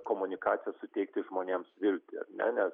komunikacija suteikti žmonėms viltį ar ne nes